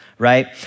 right